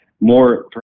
more